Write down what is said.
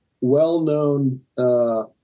well-known